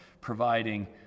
providing